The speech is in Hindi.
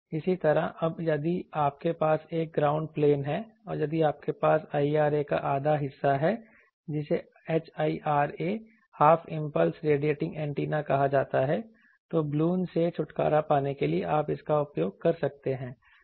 इसी तरह अब यदि आपके पास एक ग्राउंड प्लेन है और यदि आपके पास IRA का आधा हिस्सा है जिसे HIRA half impulse radiating antenna कहा जाता है तो बलून से छुटकारा पाने के लिए आप इसका उपयोग कर सकते हैं